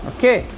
Okay